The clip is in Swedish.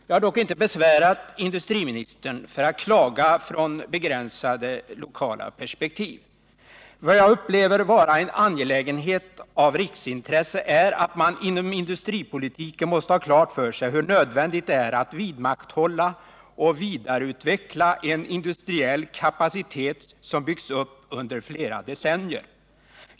Jag har dock inte besvärat industriministern för att klaga från begränsade lokala synpunkter. Vad jag upplever vara en angelägenhet av riksintresse är att man inom industripolitiken måste ha klart för sig hur nödvändigt det är att vidmakthålla och vidareutveckla en industriell kapacitet som byggts upp under flera decennier.